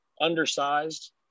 undersized